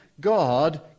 God